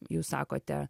jūs sakote